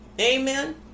Amen